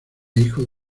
hijo